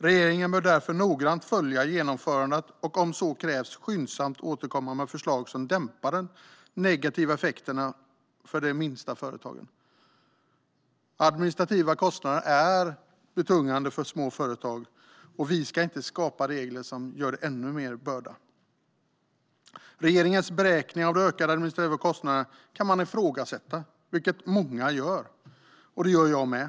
Regeringen bör därför noggrant följa genomförandet och om så krävs skyndsamt återkomma med förslag för att dämpa negativa effekter för de minsta företagen. Administrativa kostnader är betungande för små företag, och vi ska inte skapa regler som leder till ännu större börda. Man kan ifrågasätta regeringens beräkning av de ökade administrativa kostnaderna, vilket många gör. Det gör jag med.